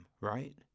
right